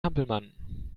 hampelmann